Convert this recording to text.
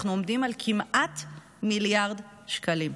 אנחנו עומדים על כמעט מיליארד שקלים.